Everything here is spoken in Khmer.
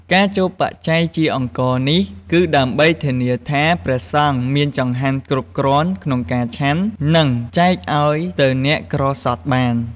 ការចូលបច្ច័យជាអង្ករនេះ គឺដើម្បីធានាថាព្រះសង្ឃមានចង្ហាន់គ្រប់គ្រាន់ក្នុងការឆាន់ និងចែកអោយទៅអ្នកក្រខ្សត់បាន។